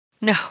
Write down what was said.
No